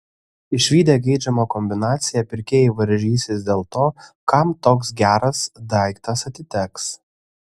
išvydę geidžiamą kombinaciją pirkėjai varžysis dėl to kam toks geras daiktas atiteks